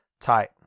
tight